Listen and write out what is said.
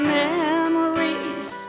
memories